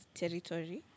territory